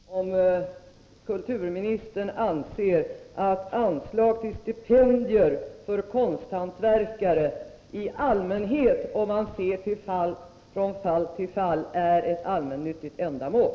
Herr talman! I så fall undrar jag om kulturministern anser att anslag för stipendier till konsthantverkare i allmänhet, om man bortser från fall till fall, är ett allmännyttigt ändamål?